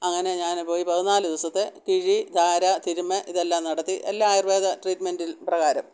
അങ്ങനെ ഞാന് പോയി പതിനാല് ദിവസത്തെ കിഴി ധാര തിരുമ്മൽ ഇതെല്ലാം നടത്തി എല്ലാ ആയുര്വേദ ട്രീറ്റ്മെന്റിൻ പ്രകാരം